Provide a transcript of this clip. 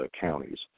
counties